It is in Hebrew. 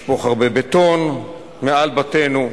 לשפוך הרבה בטון מעל בתינו.